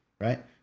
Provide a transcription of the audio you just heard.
right